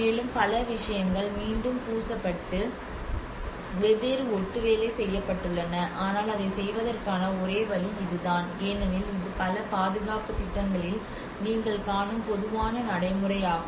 மேலும் பல விஷயங்கள் மீண்டும் பூசப்பட்டு வெவ்வேறு ஒட்டுவேலை செய்யப்பட்டுள்ளன ஆனால் அதைச் செய்வதற்கான ஒரே வழி இதுதான் ஏனெனில் இது பல பாதுகாப்புத் திட்டங்களில் நீங்கள் காணும் பொதுவான நடைமுறையாகும்